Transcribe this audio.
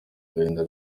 gahinda